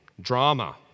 drama